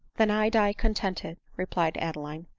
then i die contented, replied adeline.